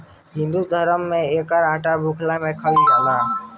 हिंदू धरम में एकर आटा भुखला में खाइल जाला